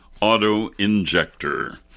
auto-injector